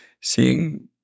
seeing